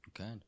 okay